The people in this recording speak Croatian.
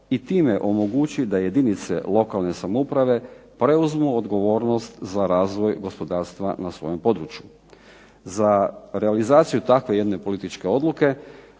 i time omogući da jedinice lokalne samouprave preuzmu odgovornost za razvoj gospodarstva na svojem području. Za realizaciju takve jedne političke odluke